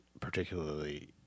particularly